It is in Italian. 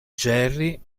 jerry